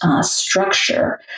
structure